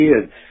kids